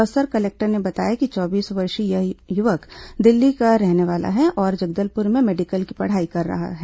Bastar collector ने बताया कि चौबीस वर्षीय यह युवक दिल्ली का रहने वाला है और जगदलपुर में मेडिकल की पढ़ाई कर रहा है